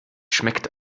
schmeckt